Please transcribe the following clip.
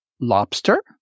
Lobster